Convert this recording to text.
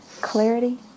clarity